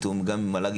בתיאום גם עם מל"ג,